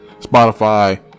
Spotify